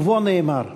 ובו נאמר: